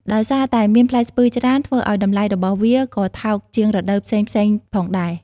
ដោយសារតែមានផ្លែស្ពឺច្រើន ធ្វើឲ្យតម្លៃរបស់វាក៏ថោកជាងរដូវផ្សេងៗផងដែរ។